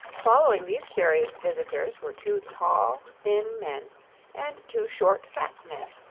following these curious visitors were two tall, thin men and two short, fat men,